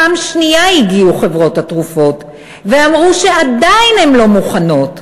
פעם שנייה הגיעו חברות התרופות ואמרו שעדיין הן לא מוכנות,